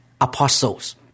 apostles